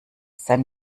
sein